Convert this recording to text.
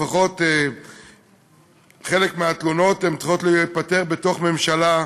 לפחות חלק מהתלונות צריכות להיפתר בתוך הממשלה,